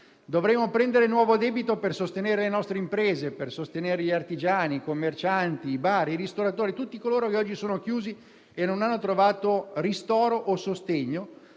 Dovremo prendere nuovo debito per sostenere le nostre imprese, gli artigiani, i commercianti, i bar e i ristoratori, tutti coloro che oggi sono chiusi e non hanno trovato ristoro o sostegno.